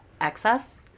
Excess